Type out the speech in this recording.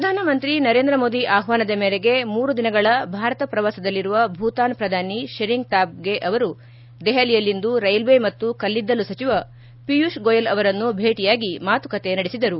ಪ್ರಧಾನಮಂತ್ರಿ ನರೇಂದ್ರ ಮೋದಿ ಆಹ್ವಾನದ ಮೇರೆಗೆ ಮೂರು ದಿನಗಳ ಭಾರತ ಪ್ರವಾಸದಲ್ಲಿರುವ ಭೂತಾನ್ ಪ್ರಧಾನಿ ಶೆರಿಂಗ್ ತಾಬ್ಗೆ ಅವರು ದೆಪಲಿಯಲ್ಲಿಂದು ರೈಲ್ವೆ ಮತ್ತು ಕಲ್ಲಿದ್ದಲು ಸಚಿವ ಪಿಯೂಷ್ ಗೋಯಲ್ ಅವರನ್ನು ಭೇಟಿಯಾಗಿ ಮಾತುಕತೆ ನಡೆಸಿದರು